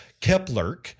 Kepler